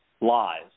Lies